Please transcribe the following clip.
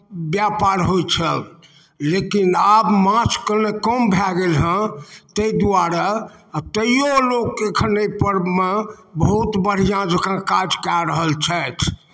व्यापार होइत छल लेकिन आब माछ कने कम भए गेल हेँ ताहि द्वारे आ तैओ लोक एखन एहिपर मे बहुत बढ़िआँ जँका काज कए रहल छथि